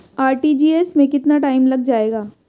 RTGS में कितना time लग जाएगा?